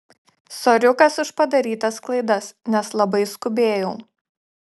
soriukas už padarytas klaidas nes labai skubėjau